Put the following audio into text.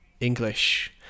English